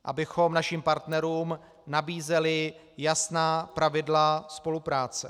Abychom našim partnerům nabízeli jasná pravidla spolupráce.